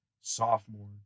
sophomore